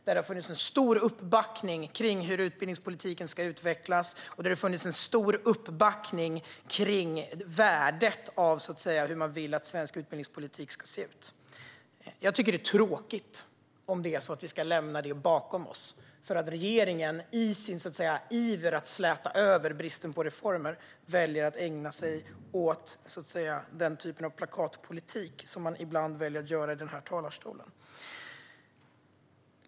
Det har funnits en stor uppbackning kring hur utbildningspolitiken ska utvecklas, och det har funnits en stor uppbackning kring värdet av svensk utbildningspolitik och hur man vill att den ska se ut. Jag tycker att det är tråkigt om vi ska lämna detta bakom oss för att regeringen i sin iver att släta över bristen på reformer väljer att ägna sig åt den typ av plakatpolitik som man ibland för fram i den här talarstolen.